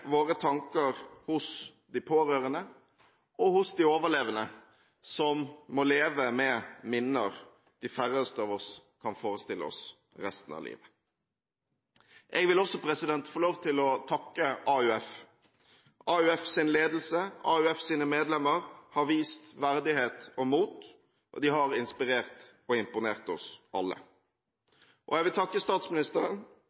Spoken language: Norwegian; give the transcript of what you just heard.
våre tanker hos de pårørende og overlevende, som resten av livet må leve med minner de færreste av oss kan forestille seg. Jeg vil også få lov til å takke AUF. AUFs ledelse og AUFs medlemmer har vist verdighet og mot. De har inspirert og imponert oss